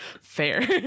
fair